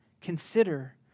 consider